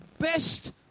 best